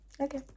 Okay